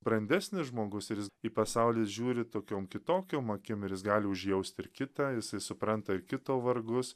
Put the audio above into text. brandesnis žmogus ir jis į pasaulį žiūri tokiom kitokiom akim ir jis gali užjaust ir kitą jisai supranta kito vargus